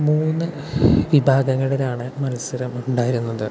മൂന്ന് വിഭാഗങ്ങളിലാണ് മത്സരം ഉണ്ടായിരുന്നത്